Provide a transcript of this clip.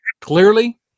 clearly